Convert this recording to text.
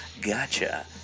gotcha